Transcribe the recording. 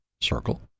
circle